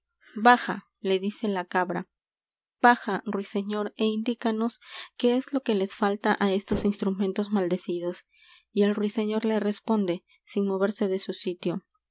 baja le dice la cabra baja ruiseñor é indícanos qué es lo que les falta á estos instrumentos maldecidos y el ruiseñor le responde sin moverse de su sitio